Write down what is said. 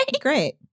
Great